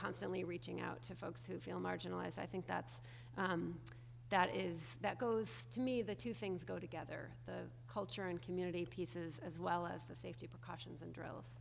constantly reaching out to folks who feel marginalized i think that's that is that goes to me the two things go together the culture and community pieces as well as the safety actions and drills